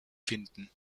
finden